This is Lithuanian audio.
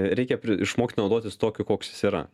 reikia išmokt naudotis tokiu koks jis yra